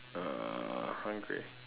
uh hungry